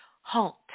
halt